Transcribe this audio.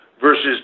versus